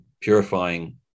purifying